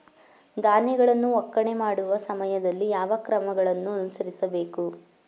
ಧಾನ್ಯಗಳನ್ನು ಒಕ್ಕಣೆ ಮಾಡುವ ಸಮಯದಲ್ಲಿ ಯಾವ ಕ್ರಮಗಳನ್ನು ಅನುಸರಿಸಬೇಕು?